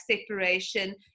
separation